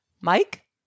Mike